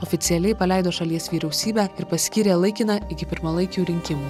oficialiai paleido šalies vyriausybę ir paskyrė laikiną iki pirmalaikių rinkimų